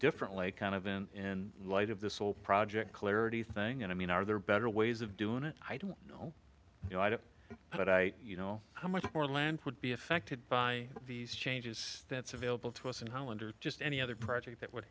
differently kind of in light of this whole project clarity thing and i mean are there better ways of doing it i don't know you know i don't know but i you know how much more land would be affected by these changes that's available to us in holland or just any other project that would